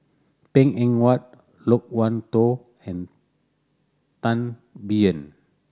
Png Eng Huat Loke Wan Tho and Tan Biyun